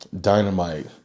Dynamite